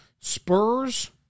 Spurs